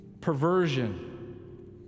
Perversion